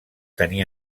tenir